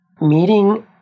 meeting